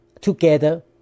together